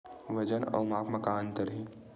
वजन अउ माप म का अंतर हे?